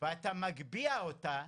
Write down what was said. ואתה מגביה אותה,